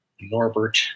Norbert